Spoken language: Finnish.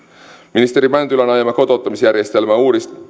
ministeri mäntylän ajama kotouttamisjärjestelmän